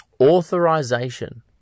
authorization